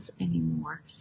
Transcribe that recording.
anymore